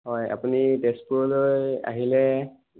হয় আপুনি তেজপুৰলৈ আহিলে